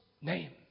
name